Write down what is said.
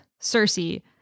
Cersei